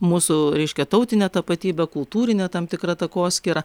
mūsų reiškia tautine tapatybe kultūrine tam tikrą takoskyra